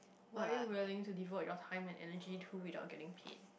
what are you willing to devote your time and energy to without getting paid